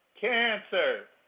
Cancer